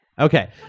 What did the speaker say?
Okay